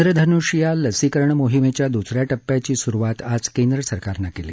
विधनुष या लसीकरण मोहीमेच्या दुसऱ्या टप्प्याची सुरुवात आज केंद्र सरकारनं केली